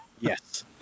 Yes